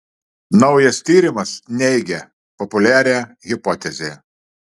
naujas tyrimas neigia populiarią hipotezę